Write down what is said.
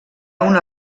una